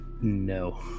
No